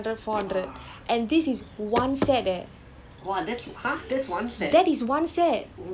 four hundred three hundred two hundred one hundred rest one hundred two hundred three hundred four hundred